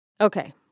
Okay